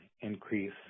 increase